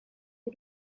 y’u